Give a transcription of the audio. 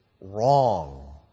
wrong